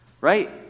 Right